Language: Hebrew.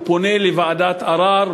הוא פונה לוועדת ערר,